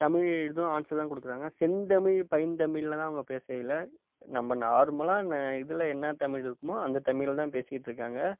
தமிழ் இதுவும் ஆன்சர் தான் கொடுக்கறாங்க செந்தமிழ் பைந்தமிழில் தான் அவங்க பேசவில்லை நம்ம நார்மலாக இதில் என்ன தமிழ் இருக்குமோ அந்த தமிழில் தான் பேசிகிட்ருக்காங்க